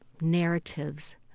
narratives